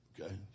Okay